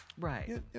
right